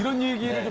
new year